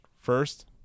first